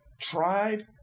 tried